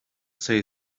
say